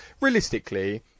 realistically